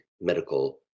medical